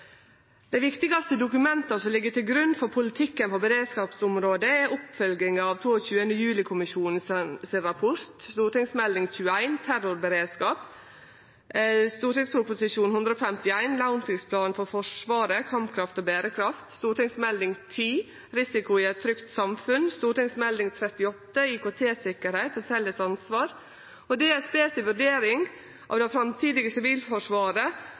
Dei viktigaste dokumenta som ligg til grunn for politikken på beredskapsområdet, er oppfølginga av rapporten frå 22. juli-kommisjonen, Meld. St. 21 for 2012–2013 Terrorberedskap, Prop. 151 S for 2015–2016 Kampkraft og bærekraft – langtidsplan for forsvarssektoren, Meld. St. 10 for 2016–2017 Risiko i et trygt samfunn, og Meld. St. 38 for 2016–2017 IKT-sikkerhet – et felles ansvar. Òg DSBs vurdering av det framtidige sivilforsvaret